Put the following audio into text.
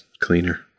cleaner